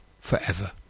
forever